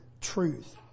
truth